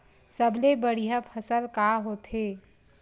सबले बढ़िया फसल का होथे?